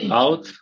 out